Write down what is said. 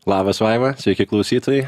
labas vaiva sveiki klausytojai